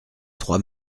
trois